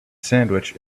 sandwich